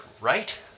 right